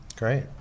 Great